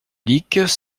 licques